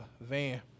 Van